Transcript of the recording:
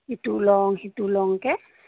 ইটো লওঁ সিটো লওকৈ